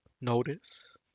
notice